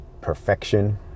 perfection